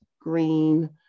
green